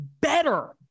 better